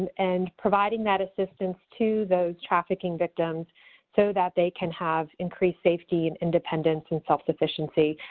and providing that assistance to those trafficking victims so that they can have increased safety, independence, and self-efficiency.